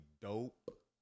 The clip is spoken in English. dope